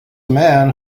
man